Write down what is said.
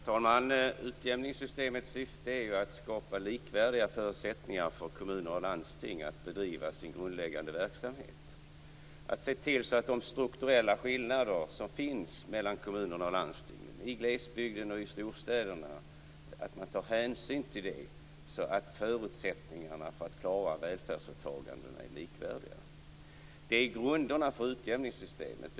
Herr talman! Utjämningssystemets syfte är ju att skapa likvärdiga förutsättningar för kommuner och landsting att bedriva sin grundläggande verksamhet. Syftet är att se till att man tar hänsyn till de strukturella skillnader som finns mellan kommuner och landsting i glesbygden och i storstäderna, så att förutsättningarna för att klara välfärdsåtagandena är likvärdiga. Det är grunderna för utjämningssystemet.